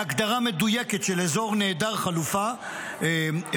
בהגדרה מדויקת של אזור נעדר חלופה ושל